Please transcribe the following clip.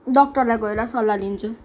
डक्टरलाई गएर सल्लाह लिन्छु